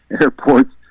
airports